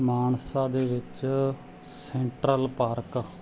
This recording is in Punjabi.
ਮਾਨਸਾ ਦੇ ਵਿੱਚ ਸੈਂਟਰਲ ਪਾਰਕ